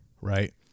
right